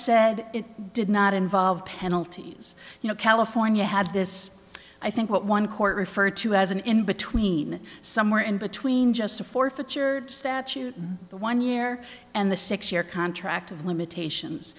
said it did not involve penalties you know california had this i think what one court referred to as an in between somewhere in between just a forfeiture statute but one year and the six year contract of limitations